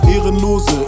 Ehrenlose